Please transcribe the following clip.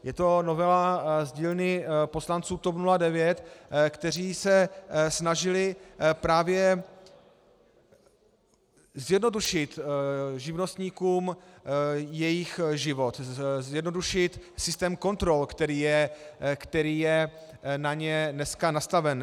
Je to novela z dílny poslanců TOP 09, kteří se snažili právě zjednodušit živnostníkům jejich život, zjednodušit systém kontrol, který je na ně dneska nastaven.